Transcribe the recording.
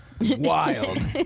wild